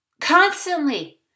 Constantly